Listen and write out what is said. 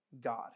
God